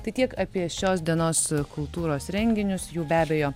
tai tiek apie šios dienos kultūros renginius jų be abejo